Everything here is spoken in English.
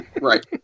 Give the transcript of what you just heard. Right